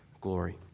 glory